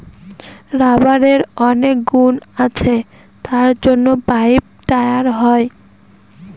রাবারের অনেক গুণ আছে তার জন্য পাইপ, টায়ার হয়